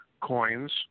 coins